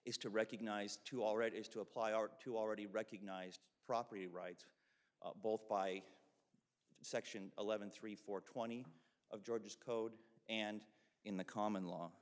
is to recognize to all right is to apply our two already recognized property rights both by section eleven three four twenty of georgia's code and in the common law